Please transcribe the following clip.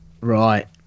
Right